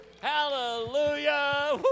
Hallelujah